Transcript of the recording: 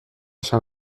san